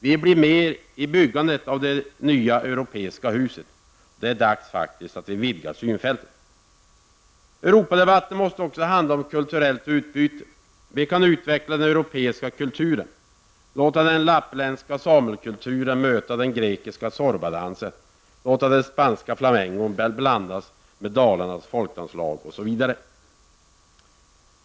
Vi blir med i byggandet av det nya europeiska huset. Det är faktiskt dags att vidga synfältet. Europadebatten måste också handla om kulturellt utbyte. Vi kan utveckla den europeiska kulturen, låta den lappländska samekulturen möta den grekiska Zorbadansen, låta den spanska flamencon blandas med Dalarnas folkdanslag, osv.